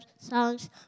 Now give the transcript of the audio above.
Songs